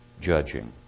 judging